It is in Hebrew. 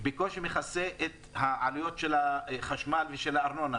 בקושי מכסה את העלויות של החשמל והארנונה.